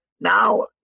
now